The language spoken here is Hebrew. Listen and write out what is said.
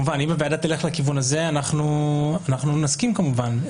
אם הוועדה תלך לכיוון הזה אנחנו נסכים כמובן.